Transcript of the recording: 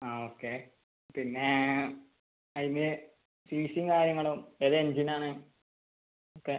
ആ ഓക്കേ പിന്നെ അതിന് ഫീസും കാര്യങ്ങളും ഏത് എഞ്ചിനാണ് ഓക്കേ